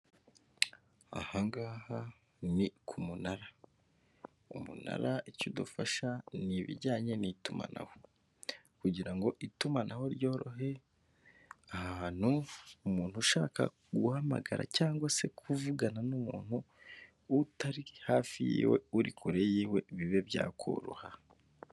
Ahangaha ni ku munara, umunara icyo udufasha ni ibijyanye n'itumanaho, kugira ngo itumanaho ryorohe aha hantu umuntu ushaka guhamagara cyangwa se kuvugana n'umuntu utari hafi yiwe uri kure yiwe bibe byakoroha.